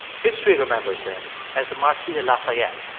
history remembers him as marquis de lafayette